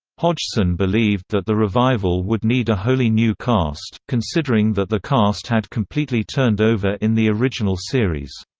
hodgson believed that the revival would need a wholly new cast, considering that the cast had completely turned over in the original series.